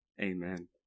Amen